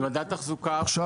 מדד תחזוקה פוצל,